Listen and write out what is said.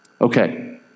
Okay